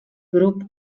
grup